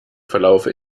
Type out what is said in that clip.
verlaufe